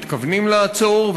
או אתם מתכוונים לעצור,